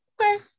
okay